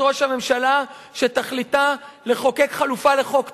ראש הממשלה שתכליתה לחוקק חלופה לחוק טל.